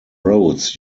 roads